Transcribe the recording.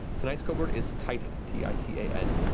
tonight's code word is titan. t i t a n.